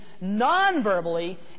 non-verbally